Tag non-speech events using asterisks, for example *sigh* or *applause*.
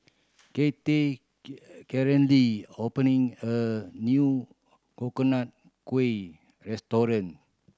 Cathey *unintelligible* opening a new Coconut Kuih restaurant